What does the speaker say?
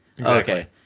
Okay